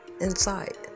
inside